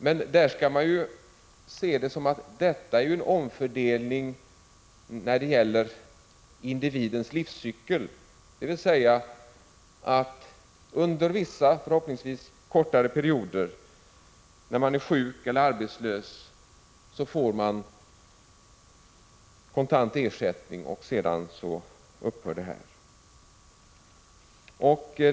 Men man skall se det så, att detta är en omfördelning under individens livscykel, dvs. att under vissa, förhoppningsvis kortare, perioder — när man är sjuk eller arbetslös — får man kontant ersättning, och sedan upphör denna ersättning.